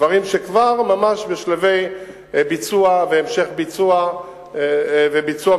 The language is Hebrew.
דברים שכבר ממש בשלבי ביצוע והמשך ביצוע מתוכנן.